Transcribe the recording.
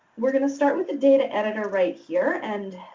we're going to start with the data editor right here. and,